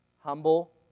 Humble